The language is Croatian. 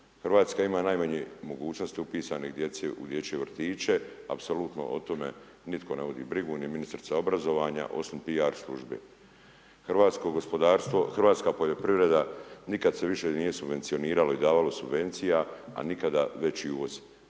Hrvatska ima najmanje mogućnosti upisane djece u dječje vrtiće, apsolutno o tome, nitko ne vodi brigu, ni ministrica obrazovanja, osim P.R. službe. Hrvatsko gospodarstvo, hrvatska poljoprivreda, nikada se više nije subvencioniralo i davalo subvencija, a nikada veži uvoz.